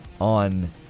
on